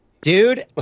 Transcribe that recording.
Dude